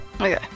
Okay